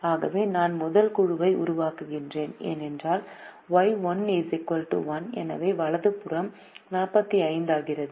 ஆகவே நான் முதல் குழுவை உருவாக்குகிறேன் என்றால் Y1 1 எனவே வலது புறம் 45 ஆகிறது